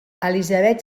elizabeth